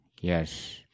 Yes